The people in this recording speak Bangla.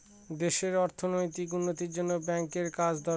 দেশে অর্থনৈতিক উন্নতির জন্য ব্যাঙ্কের কাজ দরকার